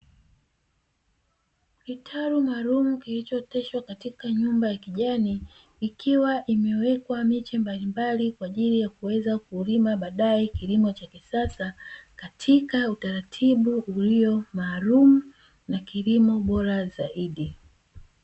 Kitalu maalumu kilichooteshwa katika nyumba ya kijani, ikiwa imewekwa miche mbalimbali kwa ajili ya kuweza kulima baadae kilimo cha kisasa, katika utaratibu ulio maalumu na kilimo bora zaidi.